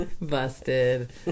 Busted